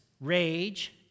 rage